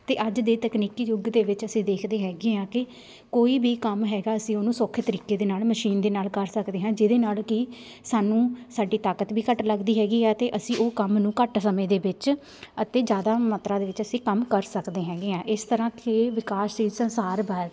ਅਤੇ ਅੱਜ ਦੇ ਤਕਨੀਕੀ ਯੁੱਗ ਦੇ ਵਿੱਚ ਅਸੀਂ ਦੇਖਦੇ ਹੈਗੇ ਹਾਂ ਕਿ ਕੋਈ ਵੀ ਕੰਮ ਹੈਗਾ ਅਸੀਂ ਉਹਨੂੰ ਸੌਖੇ ਤਰੀਕੇ ਦੇ ਨਾਲ ਮਸ਼ੀਨ ਦੇ ਨਾਲ ਕਰ ਸਕਦੇ ਹਾਂ ਜਿਹਦੇ ਨਾਲ ਕਿ ਸਾਨੂੰ ਸਾਡੀ ਤਾਕਤ ਵੀ ਘੱਟ ਲੱਗਦੀ ਹੈਗੀ ਆ ਅਤੇ ਅਸੀਂ ਉਹ ਕੰਮ ਨੂੰ ਘੱਟ ਸਮੇਂ ਦੇ ਵਿੱਚ ਅਤੇ ਜ਼ਿਆਦਾ ਮਾਤਰਾ ਦੇ ਵਿੱਚ ਅਸੀਂ ਕੰਮ ਕਰ ਸਕਦੇ ਹੈਗੇ ਆ ਇਸ ਤਰ੍ਹਾਂ ਕਿ ਵਿਕਾਸਸ਼ੀਲ ਸੰਸਾਰ ਬਾ